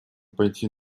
пойти